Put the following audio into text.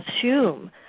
assume